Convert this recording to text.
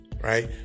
right